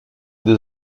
deux